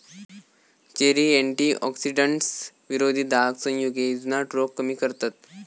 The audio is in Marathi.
चेरी अँटीऑक्सिडंट्स, विरोधी दाहक संयुगे, जुनाट रोग कमी करतत